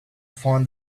find